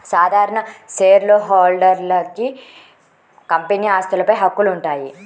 సాధారణ షేర్హోల్డర్లకు కంపెనీ ఆస్తులపై హక్కులు ఉంటాయి